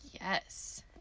Yes